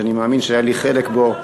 שאני מאמין שהיה לי חלק בו,